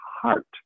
heart